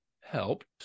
helped